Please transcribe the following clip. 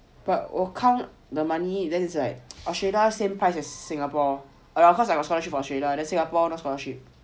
but 我 count the money then is like Australia same price singapore around cause I got scholarship from Australia then singapore no scholarship